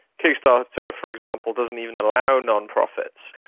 kick-starter, for example, doesn't even allow non-profits.